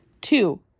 two